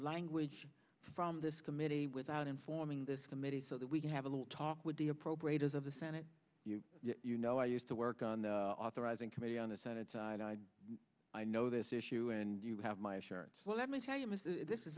language from this committee without informing this committee so that we can have a little talk with the appropriators of the senate you know i used to work on the authorizing committee on the senate side i i know this issue and you have my assurance well let me tell you this is